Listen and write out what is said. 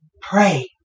Pray